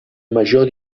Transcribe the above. major